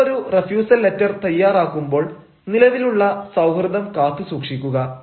നിങ്ങളൊരു refusal letter തയ്യാറാക്കുമ്പോൾ നിലവിലുള്ള സൌഹൃദം കാത്തു സൂക്ഷിക്കുക